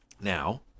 Now